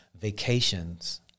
Vacations